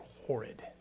horrid